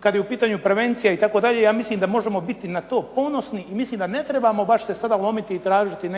kad je u pitanju prevencija itd., ja mislim da možemo biti na to ponosni i mislim da ne trebamo baš se sada lomiti i tražiti